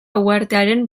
uhartearen